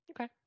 Okay